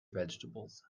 vegetables